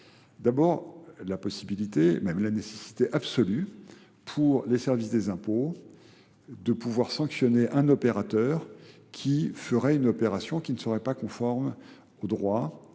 D'abord, la possibilité, même la nécessité absolue pour les services des impôts de pouvoir sanctionner un opérateur qui ferait une opération qui ne serait pas conforme au droit,